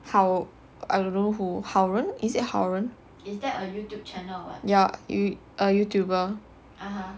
好 I don't know who 好人 is it 好人 ya Youtuber